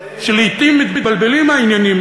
שלעתים מתבלבלים העניינים.